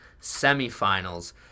semifinals